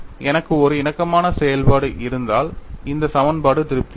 எனக்கு ஒரு இணக்கமான செயல்பாடு இருந்தால் இந்த சமன்பாடு திருப்தி அளிக்கும்